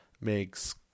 makes